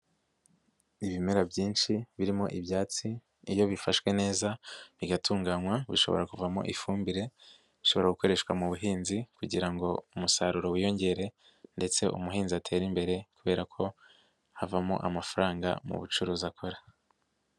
Ibimera byinshi birimo ibyatsi iyo bifashwe neza bigatunganywa bishobora kuvamo ifumbire ishobora gukoreshwa mu buhinzi kugira ngo umusaruro wiyongere ndetse umuhinzi atere imbere kubera ko havamo amafaranga mu bucuruzi akora.